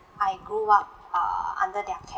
I grew up err under their care